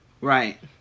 Right